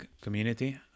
community